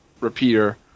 repeater